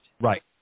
Right